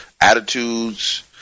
attitudes